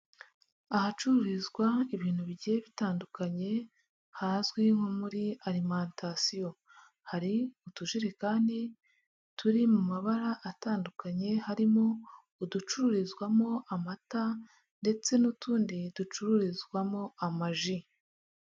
Ahacururizwa ibintu bigiye bitandukanye hazwi nko muri alimentation, hari utujerekani turi mu mabara atandukanye harimo uducururizwamo amata ndetse n'utundi ducururizwamo amaji.